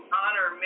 honor